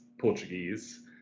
Portuguese